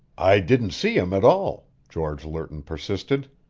i didn't see him at all, george lerton persisted.